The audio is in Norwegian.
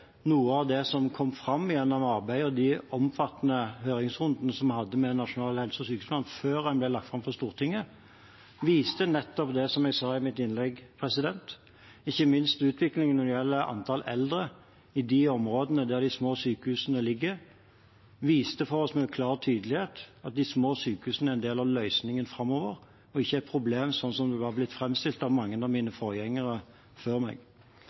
noe av det som kom fram gjennom arbeidet og de omfattende høringsrundene som vi hadde om Nasjonal helse- og sykehusplan før den ble lagt fram for Stortinget, viste nettopp det jeg sa i mitt innlegg. Ikke minst utviklingen når det gjelder antall eldre i de områdene der de små sykehusene ligger, viste for oss med klar tydelighet at de små sykehusene er en del av løsningen framover og ikke et problem, slik det har blitt framstilt av mange av